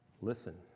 listen